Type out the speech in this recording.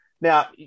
Now